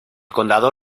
condado